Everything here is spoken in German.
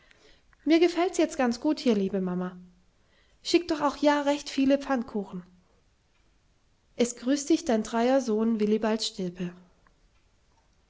mir gefellts jetz ganz gut hier liebe mamma schick doch ja recht viele pfannkuchen es grüßt dich dein treier sohn willibald stilpe